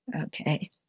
Okay